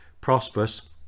prosperous